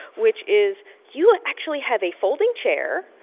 which is you actually have a folding chair.